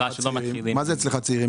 מה זה אצלך צעירים?